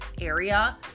area